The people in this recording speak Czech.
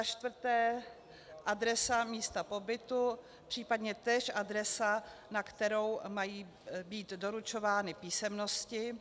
4. adresa místa pobytu, případně též adresa, na kterou mají být doručovány písemnosti,